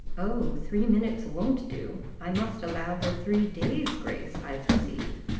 oh, three minutes won't do i must allow her three days' grace, i perceive,